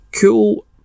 cool